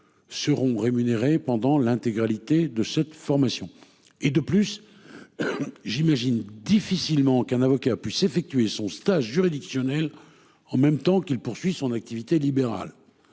seront rémunérés pendant l'intégralité de cette formation et de plus. J'imagine difficilement qu'un avocat puisse effectuer son stage juridictionnel en même temps qu'il poursuit son activité libérale.